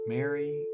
Mary